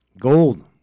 Gold